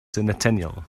centennial